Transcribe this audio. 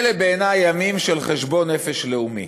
אלה בעיני ימים של חשבון נפש לאומי.